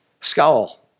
Scowl